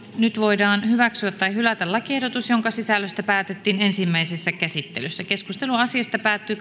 nyt voidaan hyväksyä tai hylätä lakiehdotus jonka sisällöstä päätettiin ensimmäisessä käsittelyssä keskustelu asiasta päättyi